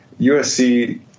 USC